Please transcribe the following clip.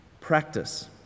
practice